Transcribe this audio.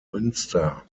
münster